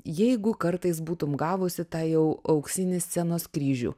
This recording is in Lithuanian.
jeigu kartais būtum gavusi tą jau auksinį scenos kryžių